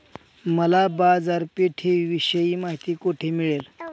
मला बाजारपेठेविषयी माहिती कोठे मिळेल?